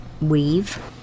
weave